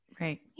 Right